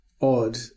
odd